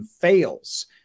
fails